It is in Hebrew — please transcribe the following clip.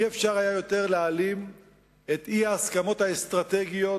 לא היה אפשר להעלים עוד את האי-הסכמות האסטרטגיות